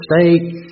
state